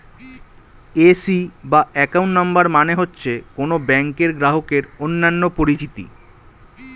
AC বা account number মানে হচ্ছে কোন ব্যাংকের গ্রাহকের অন্যান্য পরিচিতি